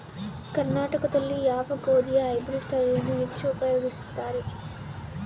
ಕರ್ನಾಟಕದಲ್ಲಿ ಯಾವ ಗೋಧಿಯ ಹೈಬ್ರಿಡ್ ತಳಿಯನ್ನು ಹೆಚ್ಚು ಉಪಯೋಗಿಸುತ್ತಾರೆ?